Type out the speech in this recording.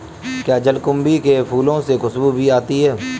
क्या जलकुंभी के फूलों से खुशबू भी आती है